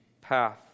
path